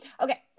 Okay